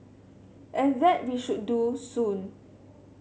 and that we should do soon